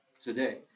today